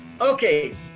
okay